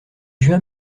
juin